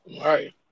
Right